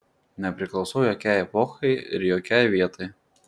nepriklausau jokiai epochai ir jokiai vietai